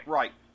right